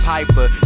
Piper